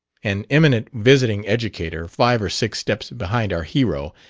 an eminent visiting educator, five or six steps behind our hero,